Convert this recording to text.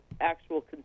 actual